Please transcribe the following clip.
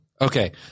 Okay